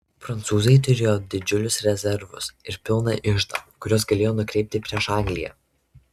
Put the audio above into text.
prancūzai turėjo didžiulius rezervus ir pilną iždą kuriuos galėjo nukreipti prieš angliją